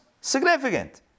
significant